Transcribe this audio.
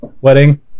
wedding